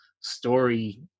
story